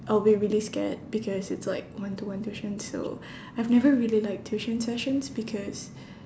I'll be really scared because it's like one to one tuition so I've never really liked tuition sessions because